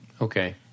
Okay